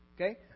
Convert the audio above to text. okay